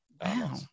Wow